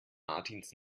martins